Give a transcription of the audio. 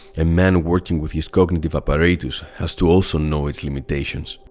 a man working with his cognitive apparatus has to also know its limitations.